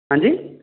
ਹਾਂਜੀ